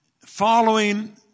following